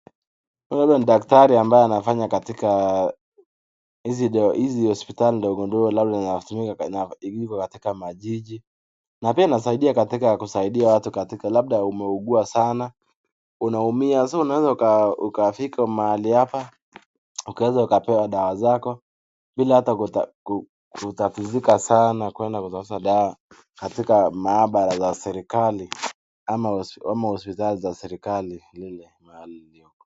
Huyu ni daktari anayefanya katika hizi hospitali ndogo ndogo ata kama jiji na pia inasaidia katika labda umeugua sana , unaumia so unaweza ukakuja mahali hapa ukaweza kipewa dawa zako ili usiweze kutatizika sana kuenda kutafuta dawa katika maabara za serikali ama hospitali za serikali lile mahali ilioko.